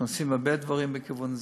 אנחנו עושים הרבה דברים בכיוון זה.